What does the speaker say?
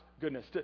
goodness